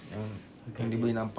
um yang dia boleh nampak